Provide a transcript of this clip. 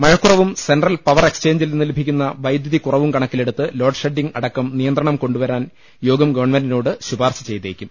മഴക്കുറവും central power എക്സ്ചേഞ്ചിൽ നിന്ന് ലഭിക്കുന്ന വൈദ്യുതി കുറവും കണക്കിലെടുത്ത് ലോഡ് ഷെഡ്ഡിംഗ് അടക്കം നിയന്ത്രണം കൊണ്ടുവരാൻ യോഗം ഗവൺമെന്റിനോട് ശുപാർശ ചെയ്തേക്കും